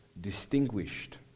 distinguished